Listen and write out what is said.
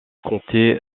comté